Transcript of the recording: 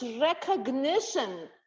recognition